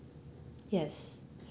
yes